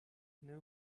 new